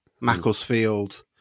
macclesfield